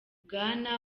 bwana